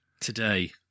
today